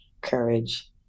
courage